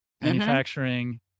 manufacturing